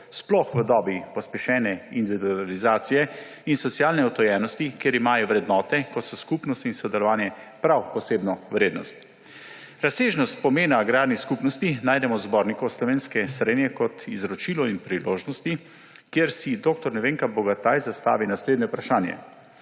sploh v dobi pospešene individualizacije in socialne odtujenosti, kjer imajo vrednote, kot sta skupnost in sodelovanje, prav posebno vrednost. Razsežnost pomena agrarnih skupnosti najdemo v Zborniku slovenske srenje kot izročilu in priložnosti, kjer si dr. Nevenka Bogataj zastavi naslednje vprašanje: